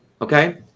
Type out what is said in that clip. okay